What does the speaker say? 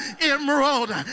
emerald